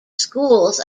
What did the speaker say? schools